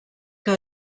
que